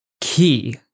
key